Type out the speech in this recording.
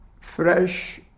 fresh